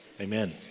amen